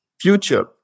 future